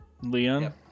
Leon